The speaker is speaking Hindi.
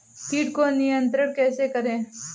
कीट को नियंत्रण कैसे करें?